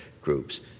groups